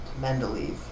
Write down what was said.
Mendeleev